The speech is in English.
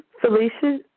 Felicia